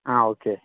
आं ओके